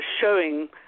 showing